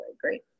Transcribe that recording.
Great